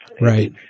Right